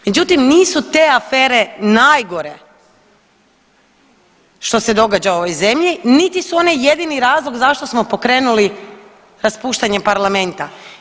Međutim, nisu te afere najgore što se događa u ovoj zemlji niti su one jedini razlog zašto smo pokrenuli raspuštanje Parlamenta.